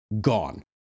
Gone